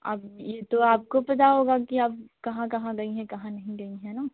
अब ये तो आपको पता होगा कि आप कहाँ कहाँ गईं हैं कहाँ नहीं गईं हैं न